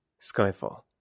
Skyfall